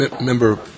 member